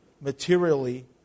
materially